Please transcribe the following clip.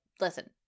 Listen